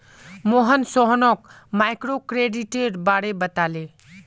मोहन सोहानोक माइक्रोक्रेडिटेर बारे बताले